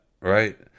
right